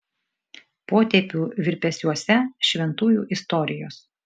potėpių virpesiuose šventųjų istorijos